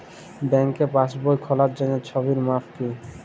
ব্যাঙ্কে পাসবই খোলার জন্য ছবির মাপ কী?